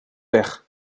pech